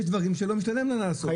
יש דברים שלא משתלם להם לעשות.